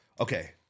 Okay